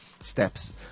Steps